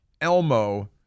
Elmo